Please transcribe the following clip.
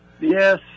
Yes